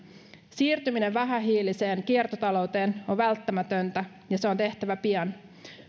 siirtyminen vähähiiliseen kiertotalouteen on välttämätöntä ja se on tehtävä pian